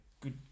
good